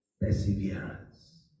perseverance